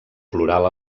plural